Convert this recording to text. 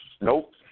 Nope